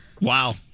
Wow